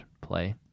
play